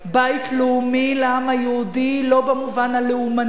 בית לאומי לעם היהודי לא במובן הלאומני